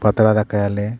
ᱯᱟᱛᱲᱟ ᱫᱟᱠᱟᱭᱟᱞᱮ